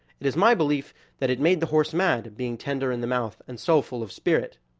it is my belief that it made the horse mad, being tender in the mouth and so full of spirit.